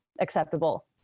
acceptable